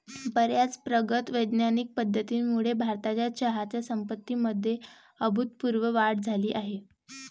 बर्याच प्रगत वैज्ञानिक पद्धतींमुळे भारताच्या चहाच्या संपत्तीमध्ये अभूतपूर्व वाढ झाली आहे